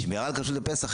שמירה על כשרות לפסח,